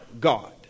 God